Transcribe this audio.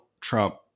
Trump